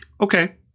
Okay